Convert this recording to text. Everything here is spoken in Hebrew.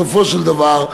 בסופו של דבר,